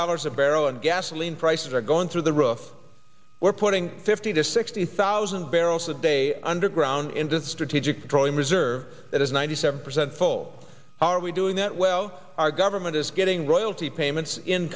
dollars a barrel and gasoline prices are going through the roof we're putting fifty to sixty thousand barrels a day underground in that strategic petroleum reserve that is ninety seven percent full are we doing that well our government is getting royalty payments in